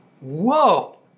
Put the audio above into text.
whoa